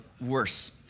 worse